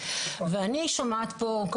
הם